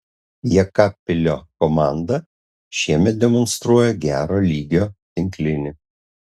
jekabpilio komanda šiemet demonstruoja gero lygio tinklinį